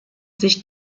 sich